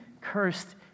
cursed